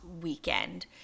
weekend